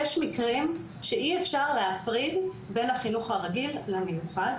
יש מקרים שאי אפשר להפריד בין החינוך הרגיל למיוחד,